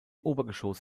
obergeschoss